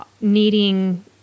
needing